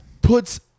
puts